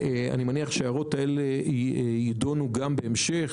אני מניח שההערות האלה יידונו גם בהמשך,